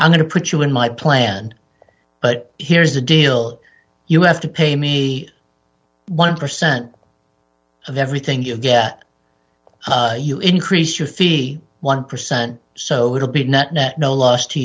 i'm going to put you in my plan but here's the deal you have to pay me one percent of everything you get you increase your fee one percent so it will be net net no loss to